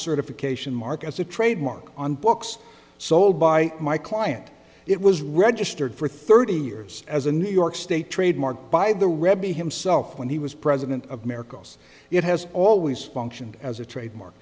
certification mark as a trademark on books sold by my client it was registered for thirty years as a new york state trademark by the rebbie himself when he was president of marcos it has always functioned as a trademark